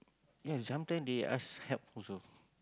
ya sometimes they ask help also